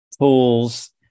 tools